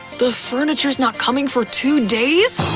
the furniture's not coming for two days!